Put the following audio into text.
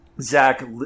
Zach